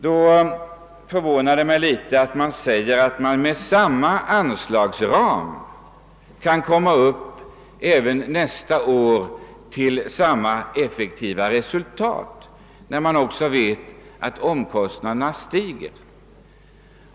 Det förvånar mig att höra, att man inom samma anslagsram kan uppnå samma effektiva resultat även nästa år, när vi vet att omkostnaderna stiger.